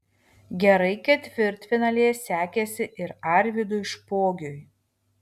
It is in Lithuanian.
gerai ketvirtfinalyje sekėsi ir arvydui špogiui